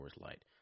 Light